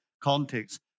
context